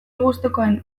gustukoen